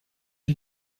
you